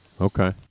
Okay